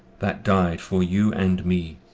that died for you and me,